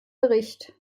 bericht